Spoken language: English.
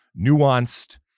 nuanced